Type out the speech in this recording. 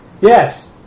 Yes